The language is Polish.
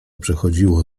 przechodziło